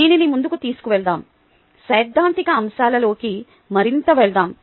దీనిని ముందుకు తీసుకెళ్దాం సైద్ధాంతిక అంశాలలోకి మరింత వెళ్దాం